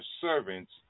servants